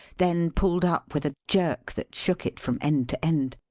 then pulled up with a jerk that shook it from end to end.